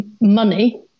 money –